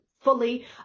fully